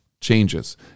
changes